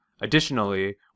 Additionally